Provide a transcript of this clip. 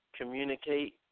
communicate